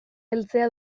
heltzea